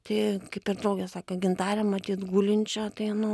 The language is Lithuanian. tai kaip ir draugė sakė gintarę matyt gulinčią tai nu